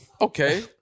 okay